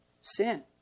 sin